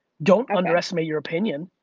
don't underestimate your opinion,